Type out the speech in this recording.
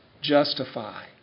justify